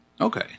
Okay